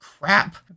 crap